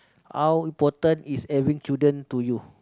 how important is having children to you